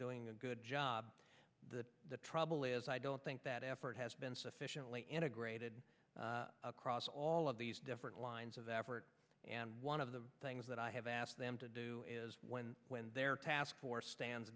doing a good job the trouble is i don't think that effort has been sufficiently integrated across all of these different lines of effort and one of the things that i have asked them to do is when when their task force stands